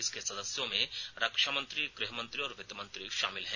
इसके सदस्यों में रक्षा मंत्री गृह मंत्री और वित्त मंत्री शामिल हैं